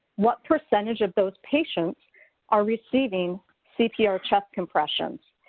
what percentage of those patients are receiving cpr chest compressions.